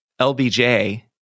LBJ